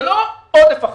זה לא עודף אחריות.